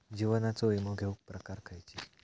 जीवनाचो विमो घेऊक प्रकार खैचे?